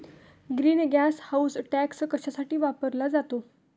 Green gas house tax कशासाठी वापरला जातो?